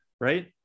Right